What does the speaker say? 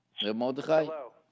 Hello